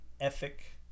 ethic